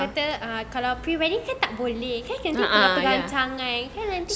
dia kata uh kalau pre-wedding kan tak boleh kan nanti pegang-pegang tangan kan nanti